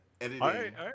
editing